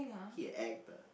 he a actor